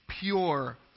pure